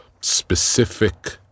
specific